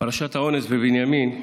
פרשת האונס בבנימין,